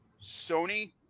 Sony